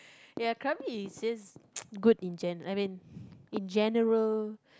ya krabi is just good in I mean in general